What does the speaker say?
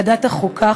ועדת החוקה,